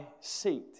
seat